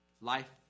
Life